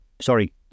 Sorry